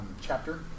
chapter